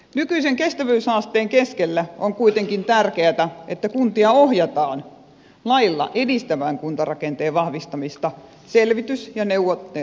nykyisen kestävyyshaasteen keskellä on kuitenkin tärkeätä että kuntia ohjataan lailla edistämään kuntarakenteen vahvistamista selvitys ja neuvottelumenettelyllä